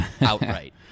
outright